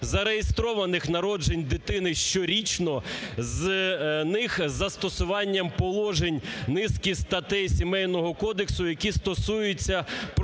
зареєстрованих народжень дитини щорічно. З них з застосуванням положень низки статей Сімейного кодексу, які стосуються процедур